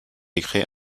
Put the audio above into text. écrit